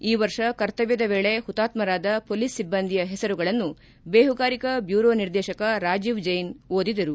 ಈ ವರ್ಷ ಕರ್ತವ್ದದ ವೇಳೆ ಹುತಾತ್ಕರಾದ ಪೊಲೀಸ್ ಸಿಬ್ಬಂದಿಯ ಹೆಸರುಗಳನ್ನು ಬೇಹುಗಾರಿಕಾ ಬ್ಯೂರೊ ನಿರ್ದೇಶಕ ರಾಜೇವ್ ಜೈನ್ ಓದಿದರು